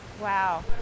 Wow